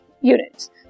units